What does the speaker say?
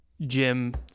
Jim